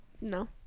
no